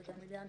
זה גם עניין,